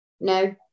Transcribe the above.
No